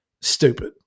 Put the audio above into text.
stupid